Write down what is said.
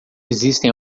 existem